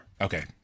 Okay